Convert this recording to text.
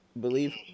believe